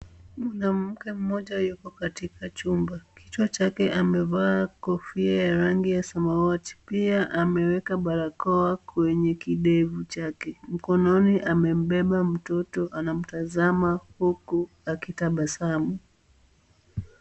Mwanamke mmoja yuko katika chumba. Kichwa chake amevaa kofia ya rangi ya samawati. Pia, ameweka barakoa kwenye kidevu chake. Mkononi amembeba mtoto. Anamtazama huku akitabasamu.